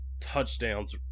touchdowns